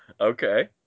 Okay